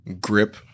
grip